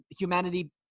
humanity